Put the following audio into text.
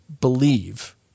believe